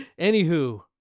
Anywho